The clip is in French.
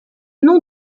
nom